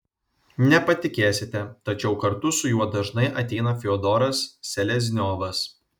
nepatikėsite tačiau kartu su juo dažnai ateina fiodoras selezniovas